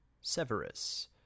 Severus